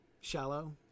shallow